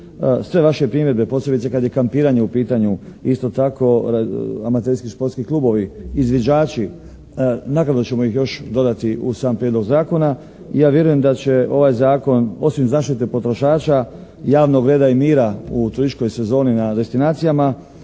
Sve vaše primjedbe posebice kad je kampiranje u pitanju isto tako amaterski i športski klubovi, izviđači, naknadno ćemo ih još dodati u sam prijedlog zakona. I ja vjerujem da će ovaj zakon osim zaštite potrošača, javnog reda i mira u turističkoj sezoni na destinacijama